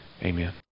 amen